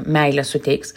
meilę suteiks